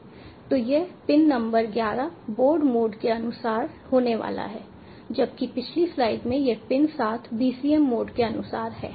तो यह pin number 11 board mode के अनुसार होने वाला है जबकि पिछली स्लाइड में यह पिन 7 BCM मोड के अनुसार है